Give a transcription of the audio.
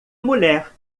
mulher